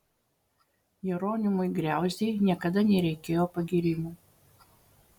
jeronimui griauzdei niekada nereikėjo pagyrimų